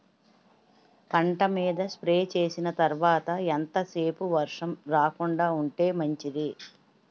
పంట మీద స్ప్రే చేసిన తర్వాత ఎంత సేపు వర్షం రాకుండ ఉంటే మంచిది?